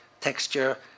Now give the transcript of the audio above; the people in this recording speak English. texture